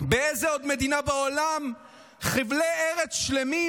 באיזו עוד מדינה בעולם חבלי ארץ שלמים